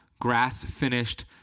grass-finished